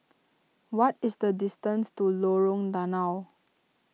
what is the distance to Lorong Danau